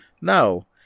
No